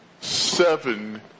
Seven